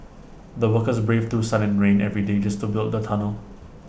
the workers braved through sun and rain every day just to build the tunnel